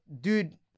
dude